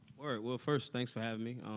all right, well, first, thanks for having me.